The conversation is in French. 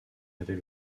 avait